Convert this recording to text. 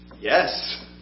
Yes